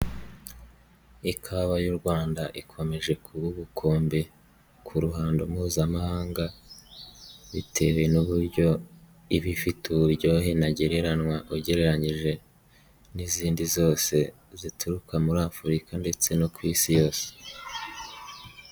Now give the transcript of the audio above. Ikawa y'u Rwanda ikomeje kuba ubukombe, ku ruhando mpuzamahanga, bitewe n'uburyo iba ifite uburyohe ntagereranywa, ugereranyije n'izindi zose, zituruka muri afurika ndetse no ku Isi yose.